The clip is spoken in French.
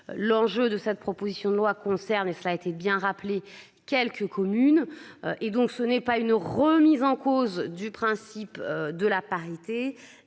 l'enjeu de cette proposition de loi concerne et cela a été bien rappelé quelques communes et donc ce n'est pas une remise en cause du principe de la parité